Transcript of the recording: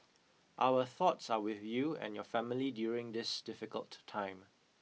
our thoughts are with you and your family during this difficult time